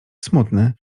smutny